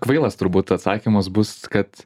kvailas turbūt atsakymas bus kad